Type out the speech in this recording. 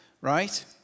right